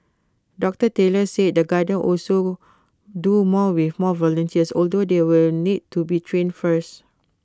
doctor Taylor said the gardens also do more with more volunteers although they will need to be trained first